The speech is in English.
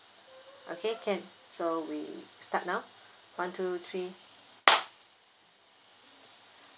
okay can so we start now one two three